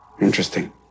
Interesting